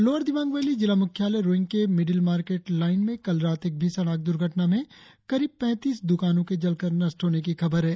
lower Dibang valley जिला मुख्यालय रोइंग के मिडिल मार्केट लाईन में कल रात एक भीषण आग दुर्घटना में करीब पैतीस दुकानो की जलकर नष्ट होने की खबर है